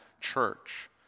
church